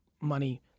money